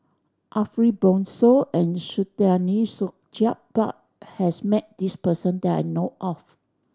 Ariff Bongso and Saktiandi Supaat has met this person that I know of